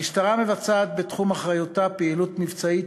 המשטרה מבצעת בתחום אחריותה פעילות מבצעית